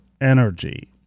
energy